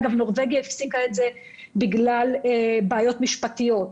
אגב, נורבגיה הפסיקה את זה בגלל בעיות משפטיות.